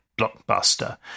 blockbuster